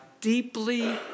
deeply